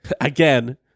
again